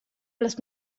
las